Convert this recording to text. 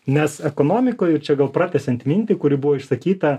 nes ekonomikoj ir čia gal pratęsiant mintį kuri buvo išsakyta